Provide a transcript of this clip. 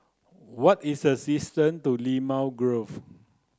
what is the distance to Limau Grove